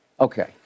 Okay